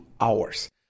hours